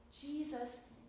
Jesus